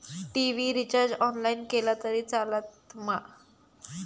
TV recharge online केला तरी चलात मा?